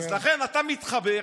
לכן אתה מתחבא.